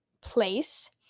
place